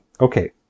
okay